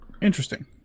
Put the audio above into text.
Interesting